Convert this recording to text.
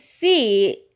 see